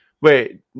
Wait